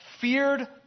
feared